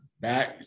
Back